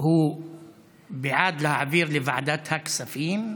בעד להעביר לוועדת הכספים,